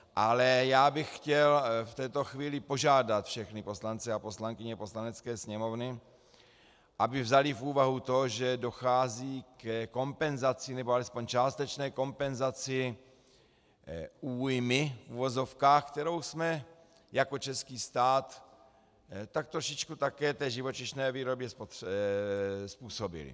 Ale já bych chtěl v této chvíli požádat všechny poslance a poslankyně Poslanecké sněmovny, aby vzali v úvahu to, že dochází ke kompenzaci, nebo alespoň k částečné kompenzaci újmy v uvozovkách, kterou jsme jako český stát tak trošku také té živočišné výrobě způsobili.